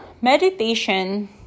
meditation